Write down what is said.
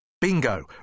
Bingo